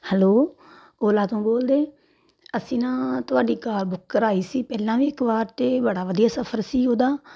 hello Ola ਤੋਂ ਬੋਲਦੇ ਅਸੀਂ ਨਾ ਤੁਹਾਡੀ ਕਾਰ ਬੁੱਕ ਕਰਵਾਈ ਸੀ ਪਹਿਲਾਂ ਵੀ ਇੱਕ ਵਾਰ ਅਤੇ ਬੜਾ ਵਧੀਆ ਸਫ਼ਰ ਸੀ ਉਹਦਾ